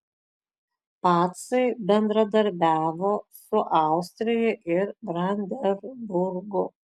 pacai bendradarbiavo su austrija ir brandenburgu